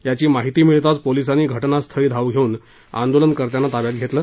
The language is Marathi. याची माहिती मिळताच पोलीसांनी घटनास्थळी धाव घेवून आंदोलकर्त्याना ताब्यात घेतलं